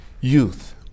youth